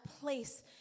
place